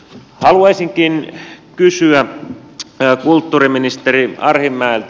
haluaisinkin kysyä kulttuuriministeri arhinmäeltä